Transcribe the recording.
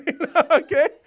Okay